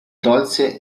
tolse